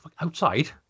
Outside